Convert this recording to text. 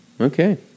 Okay